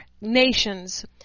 nations